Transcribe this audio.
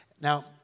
Now